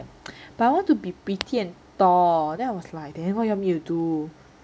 but I want to be pretty and tall then I was like then what you want me to do